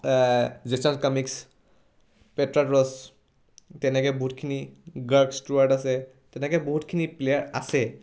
জেচন কামিক্স পেট্ৰা ৰচ তেনেকৈ বহুতখিনি গাৰ্ক ষ্টুৱাৰ্ট আছে তেনেকৈ বহুতখিনি প্লেয়াৰ আছে